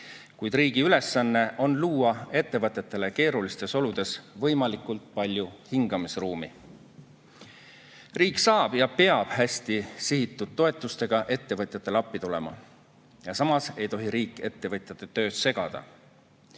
Kuid riigi ülesanne on luua ettevõtetele keerulistes oludes võimalikult palju hingamisruumi. Riik saab hästi sihitud toetustega ettevõtjatele appi tulla ja peab seda tegema. Samas ei tohi riik ettevõtjate tööd segada.